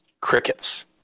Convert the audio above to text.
Crickets